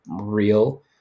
real